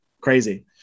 crazy